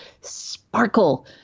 sparkle